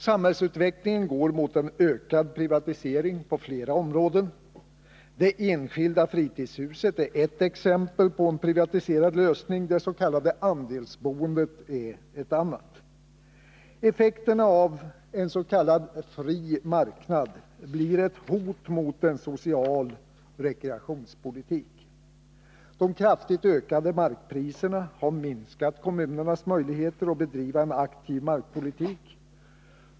Samhällsutvecklingen går mot en ökad privatisering på flera områden. Det enskilda fritidshuset är ett exempel på en privatiserad lösning, det s.k. andelsboendet ett annat. Effekterna av en s.k. fri marknad blir ett hot mot en social rekreationspolitik. De kraftigt ökade markpriserna har minskat kommunernas möjligheter att bedriva en aktiv markpolitik.